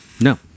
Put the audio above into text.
No